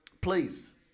please